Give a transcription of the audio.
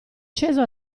sceso